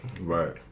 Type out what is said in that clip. Right